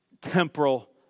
temporal